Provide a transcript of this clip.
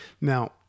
Now